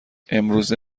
امروزه